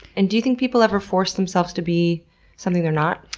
and do you think people ever force themselves to be something they're not?